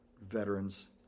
veterans